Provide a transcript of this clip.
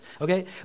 okay